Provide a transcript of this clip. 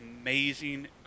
amazing